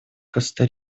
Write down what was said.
коста